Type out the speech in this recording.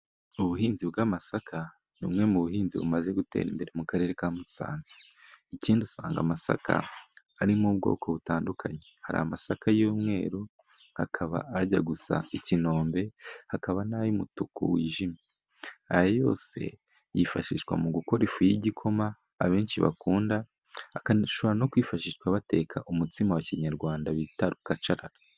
Ubuhinzi bw'amasaka ni bumwe bumaze guterimbere mukarere ka Musanze. Ikindi usanga amasaka Ari mubwoko butandukanye hari amasaka yumweru, hari amasaka ajyagusa ikinombe ,hakaba namasaka yumutuku wijimye, ayoyose yifashishwa bagukora igikoma benshi bakunda .Bashobora kuyifashisha mugukora umutsima wakinyarwanda benshi bakunda kwita Rukacarara.